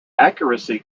accuracy